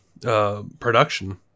production